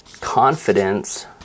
confidence